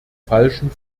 falschen